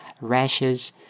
rashes